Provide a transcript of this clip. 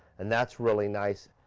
and that's really nice.